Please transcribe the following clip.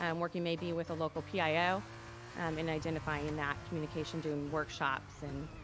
um working maybe with a local pio in identifying that communication. doing workshops and